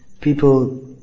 people